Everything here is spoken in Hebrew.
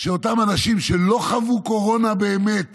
שאותם אנשים שלא חוו קורונה באמת